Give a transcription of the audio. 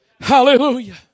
Hallelujah